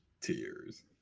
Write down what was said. tears